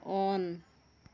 on